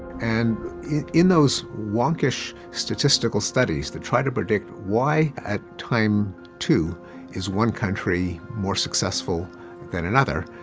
and in in those wonkish statistical studies that try to predict why at time two is one country more successful than another.